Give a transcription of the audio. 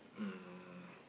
um